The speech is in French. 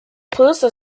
pousse